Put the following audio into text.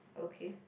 okay